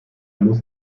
muss